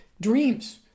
dreams